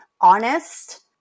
honest